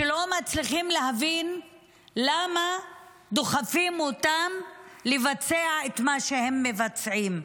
שלא מצליחים להבין למה דוחפים אותם לבצע את מה שהם מבצעים,